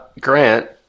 Grant